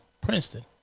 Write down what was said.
Princeton